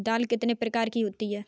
दाल कितने प्रकार की होती है?